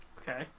Okay